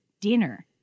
Dinner